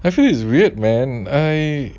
I feel it's weird man I